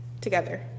together